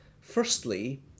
Firstly